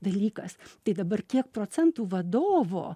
dalykas tai dabar kiek procentų vadovo